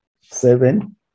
seven